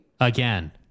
Again